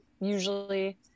usually